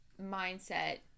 mindset